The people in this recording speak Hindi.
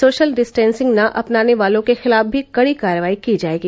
सोशल डिस्टेंसिंग न अपनाने वालों के खिलाफ भी कड़ी कार्रवाई की जायेगी